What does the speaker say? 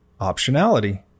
Optionality